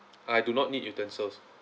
I do not need utensils